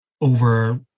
over